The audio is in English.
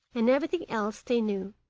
and everything else they knew,